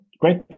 great